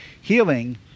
Healing